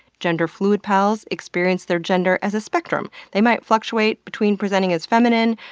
gender-fluid pals experience their gender as a spectrum. they might fluctuate between presenting as feminine,